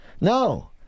No